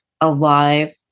alive